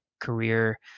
career